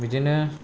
बिदिनो